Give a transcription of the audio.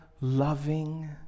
loving